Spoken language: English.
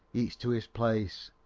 each to his place.